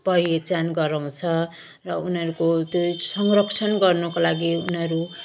पहिचान गराउँछ र उनीहरूको त्यो संरक्षण गर्नुको लागि उनीहरू